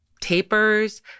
Tapers